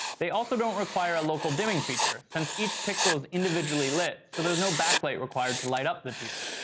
they also don't require a local dimming feature, since each pixel is individually lit, so there's no backlight required to light up the tv.